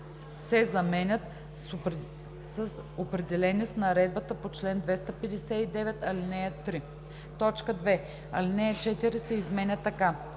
се заменят с „определени с наредбата по чл. 259, ал. 3“. 2. Алинея 4 се изменя така: